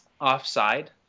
Offside